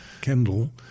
Kendall